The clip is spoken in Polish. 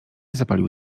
zapalił